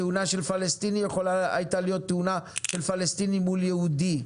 תאונה של פלסטיני הייתה יכולה להיות תאונה של פלסטיני אל מול יהודי,